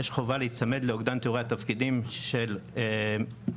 יש חובה להיצמד לאוגדן תיאורי התפקידים של משרד